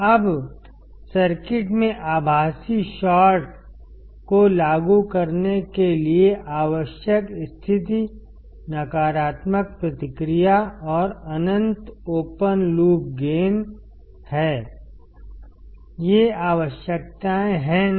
अब सर्किट में आभासी शॉर्ट को लागू करने के लिए आवश्यक स्थिति नकारात्मक प्रतिक्रिया और अनंत ओपन लूप गेन है ये आवश्यकताएं हैं ना